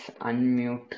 unmute